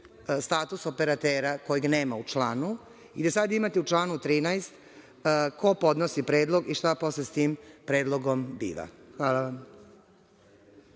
status operatera kojeg nema u članu i da sad imate u članu 13. ko podnosi predlog i šta posle sa tim predlogom biva. Hvala vam.